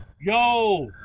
Yo